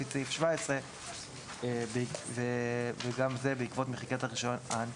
לפי סעיף 17". גם זה בעקבות מחיקת רישיון ההנפקה.